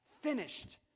finished